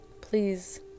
please